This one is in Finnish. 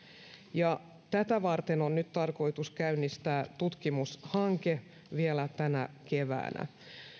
tätä varten on nyt tarkoitus käynnistää tutkimushanke vielä tänä keväänä